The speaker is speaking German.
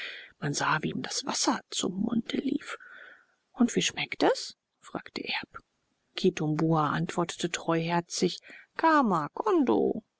man sah wie ihm das wasser zum munde lief und wie schmeckt es fragte erb kitumbua antwortete treuherzig kama